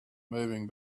moving